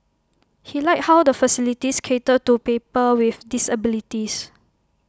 he liked how the facilities cater to people with disabilities